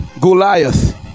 Goliath